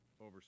over